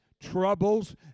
troubles